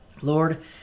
Lord